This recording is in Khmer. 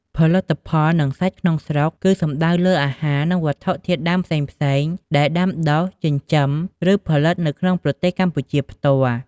ផលិតផល និងសាច់ក្នុងស្រុក គឺសំដៅលើអាហារ និងវត្ថុធាតុដើមផ្សេងៗ ដែលដាំ ដុះ ចិញ្ចឹម ឬផលិតនៅក្នុងប្រទេសកម្ពុជាផ្ទាល់។